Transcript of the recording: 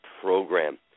program